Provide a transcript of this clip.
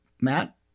Matt